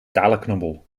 talenknobbel